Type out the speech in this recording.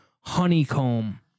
honeycomb